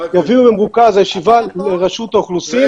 הישיבה תעביר במרוכז לרשות האוכלוסין.